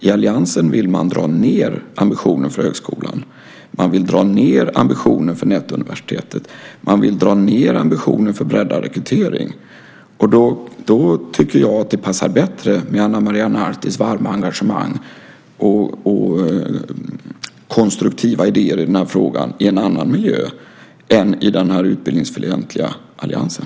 I alliansen vill man dra ned på ambitionen för högskolan, man vill dra ned på ambitionen för Nätuniversitetet och man vill dra ned på ambitionen för breddad rekrytering. Då passar det bättre med Ana Maria Nartis varma engagemang och konstruktiva idéer i frågan i en annan miljö än i den utbildningsfientliga alliansen.